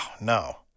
no